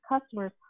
customers